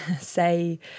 say